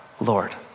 Lord